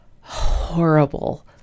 horrible